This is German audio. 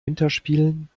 winterspielen